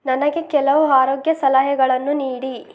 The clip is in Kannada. ನನಗೆ ಕೆಲವು ಆರೋಗ್ಯ ಸಲಹೆಗಳನ್ನು ನೀಡಿ